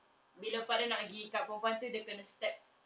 bila part dia nak pergi kat perempuan tu dia kena stabbed